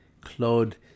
Claude